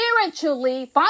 spiritually